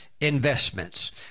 investments